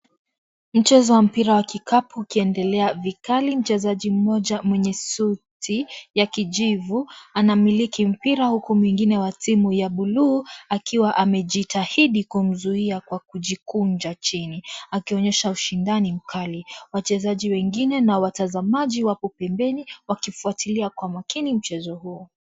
Mchezo wa mpira wa kikapu ukiendelea vikali, mchezaji mmoja mwenye suti ya kijivu anamiliki mpira huku mwengine wa timu ya bluu akiwa amejitahidi kumzuia kwa kujikunja chini. Akionyesha ushindani mkali. Wachezaji wengine na watazamaji wapo pembeni wakifuatilia kwa makini mchezo huo.